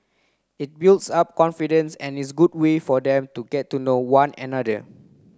it builds up confidence and is good way for them to get to know one another